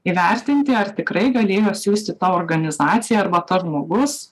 įvertinti ar tikrai galėjo siųsti ta organizacija arba tas žmogus